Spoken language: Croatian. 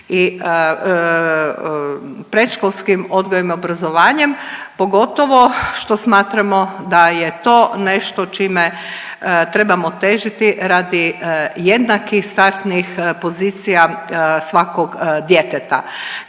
i predškolskim odgojem i obrazovanjem, pogotovo što smatramo da je to nešto čime trebamo težiti radi jednakih startnih pozicija svakog djeteta.